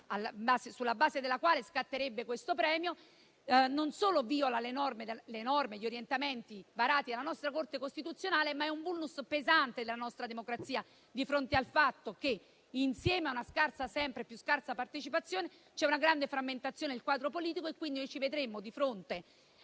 sulla base della quale scatterebbe questo premio, non solo viola le norme e gli orientamenti varati dalla nostra Corte costituzionale, ma è un *vulnus* pesante alla nostra democrazia, di fronte al fatto che, insieme a sempre più scarsa partecipazione, c'è una grande frammentazione del quadro politico. Quindi, noi ci troveremo di fronte